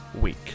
week